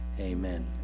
Amen